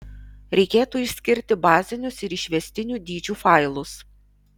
reikėtų išskirti bazinius ir išvestinių dydžių failus